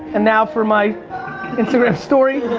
and now for my instagram story.